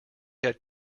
had